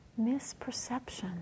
misperception